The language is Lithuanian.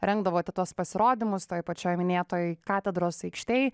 rengdavote tuos pasirodymus toj pačioj minėtoj katedros aikštėj